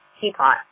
teapot